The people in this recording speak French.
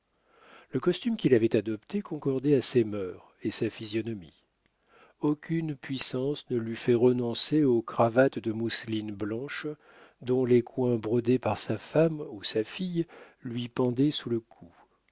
le costume qu'il avait adopté concordait à ses mœurs et sa physionomie aucune puissance ne l'eût fait renoncer aux cravates de mousseline blanche dont les coins brodés par sa femme ou sa fille lui pendaient sous le cou